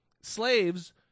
Slaves